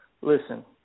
Listen